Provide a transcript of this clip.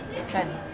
I can't